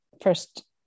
first